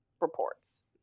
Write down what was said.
reports